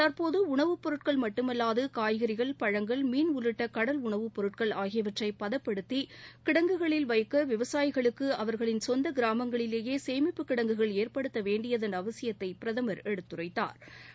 தற்போது உணவுப் பொருட்கள் மட்டுமல்லாது காய்கறிகள் பழங்கள் மீன் உள்ளிட்ட கடல் உணவுப் பொருட்கள் ஆகியவற்றை பதப்படுத்தி கிடங்குகளில் வைக்க விவசாயிகளுக்கு அவர்களின் சொந்த கிராமங்களிலேயே சேமிப்பு கிடங்குகள் ஏற்படுத்த வேண்டியதன் அவசியத்தை பிரதமா் எடுத்துரைத்தாா்